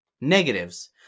negatives